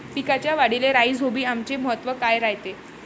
पिकाच्या वाढीले राईझोबीआमचे महत्व काय रायते?